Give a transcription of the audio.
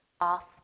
off